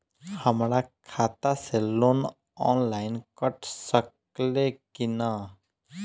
हमरा खाता से लोन ऑनलाइन कट सकले कि न?